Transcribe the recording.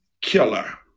killer